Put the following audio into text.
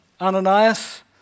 Ananias